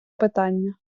питання